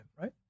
Right